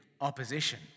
opposition